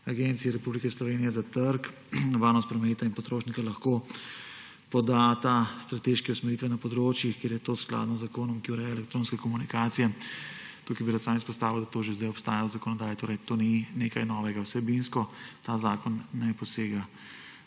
agenciji Republike Slovenije za trg, varnost prometa in potrošnike lahko podata strateške usmeritve na področjih, kjer je to skladno z zakonom, ki ureja elektronske komunikacije. Tukaj bi rad samo izpostavil, da to že sedaj obstaja v zakonodaji, torej to ni nekaj novega, vsebinsko ta zakon ne posega